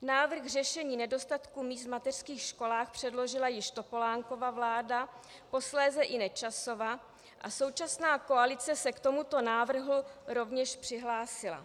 Návrh řešen nedostatku míst v mateřských školách předložila již Topolánkova vláda, posléze i Nečasova a současná koalice se k tomuto návrhu rovněž přihlásila.